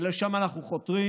ולשם אנחנו חותרים.